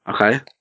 Okay